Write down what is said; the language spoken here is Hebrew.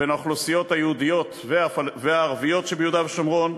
בין האוכלוסיות היהודיות והערביות שביהודה ושומרון,